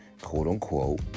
quote-unquote